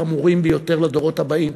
הדברים חמורים ביותר לדורות הבאים.